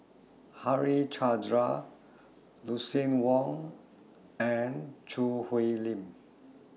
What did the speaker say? Harichandra Lucien Wang and Choo Hwee Lim